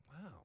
Wow